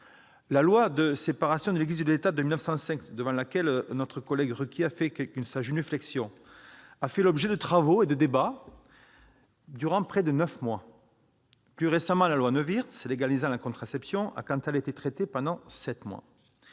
de 1905 de séparation des Églises et de l'État, devant laquelle notre collègue Requier a fait sa génuflexion, a fait l'objet de travaux et de débats durant près de neuf mois. Plus récemment, la loi Neuwirth légalisant la contraception a, quant à elle, été traitée pendant sept mois.